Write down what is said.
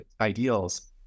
ideals